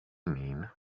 mean